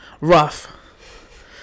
rough